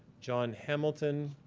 john hamilton,